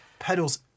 Pedals